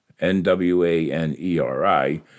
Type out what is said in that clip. N-W-A-N-E-R-I